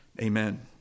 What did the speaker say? Amen